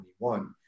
2021